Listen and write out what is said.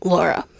Laura